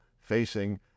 facing